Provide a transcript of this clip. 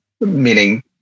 Meaning